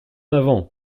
avant